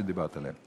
שדיברת עליהן,